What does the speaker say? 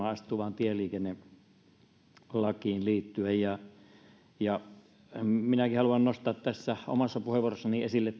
astuvaan tieliikennelakiin liittyen minäkin haluan nostaa tässä omassa puheenvuorossani esille